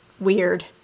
Weird